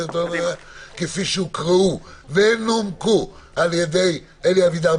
כפי שהוקראו ונומקו על ידי אלי אבידר,